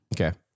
Okay